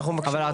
אבל,